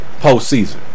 postseason